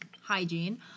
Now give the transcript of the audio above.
hygiene